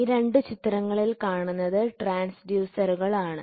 ഈ രണ്ടു ചിത്രങ്ങളിൽ കാണുന്നത് ട്രാൻസ്ഡ്യൂസറുകൾ ആണ്